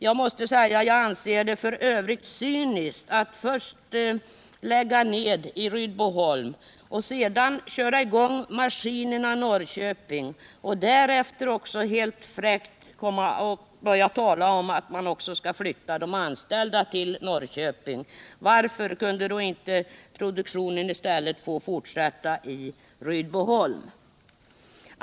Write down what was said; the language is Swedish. Jag anser det cyniskt att först lägga ned i Rydboholm, köra i gång maskinerna i Norrköping och därefter helt fräckt börja tala om att man också skall flytta de anställda till Norrköping. Varför kunde inte produktionen i stället ha fått fortsätta i Rydboholm?